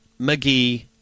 McGee